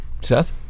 Seth